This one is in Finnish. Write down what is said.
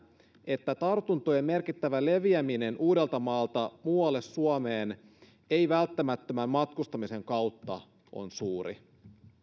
että tartuntojen merkittävän leviämisen riski uudeltamaalta muualle suomeen ei välttämättömän matkustamisen kautta on suuri